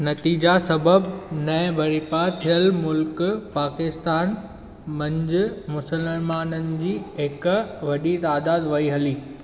नतीजा सबबि नएं बरिपा थियल मुल्क पाकिस्तान मंझि मुसलमाननि जी हिकु वॾी तइदादु वई हली